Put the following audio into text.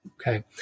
okay